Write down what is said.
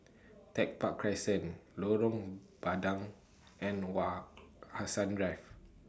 Tech Park Crescent Lorong Bandang and Wak Hassan Drive